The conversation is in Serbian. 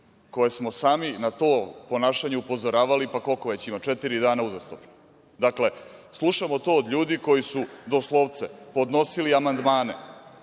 koje smo sami na to ponašanje upozoravali, koliko već ima, četiri dana uzastopno. Dakle, slušamo to od ljudi koji su doslovce podnosili amandmane